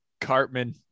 Cartman